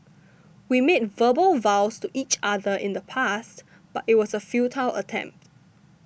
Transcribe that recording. we made verbal vows to each other in the past but it was a futile attempt